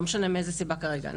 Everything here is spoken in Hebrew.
לא משנה מאיזה סיבה כרגע,